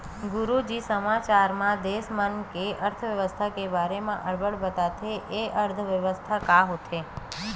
गुरूजी समाचार म देस मन के अर्थबेवस्था के बारे म अब्बड़ बताथे, ए अर्थबेवस्था का होथे?